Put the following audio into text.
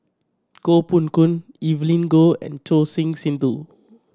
Koh Poh Koon Evelyn Goh and Choor Singh Sidhu